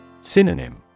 Synonym